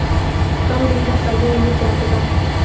कम दिन बर करजा मिलिस जाथे का?